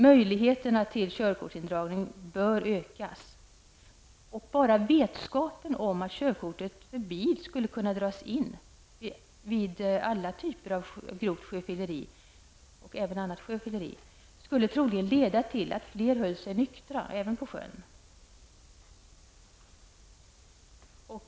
Möjligheterna till körkortsindragning bör ökas. Bara vetskapen om att körkortet för bil skulle kunna dras in vid alla typer av grovt sjöfylleri och även annat sjöfylleri skulle troligen leda till att flera höll sig nyktra också till sjöss.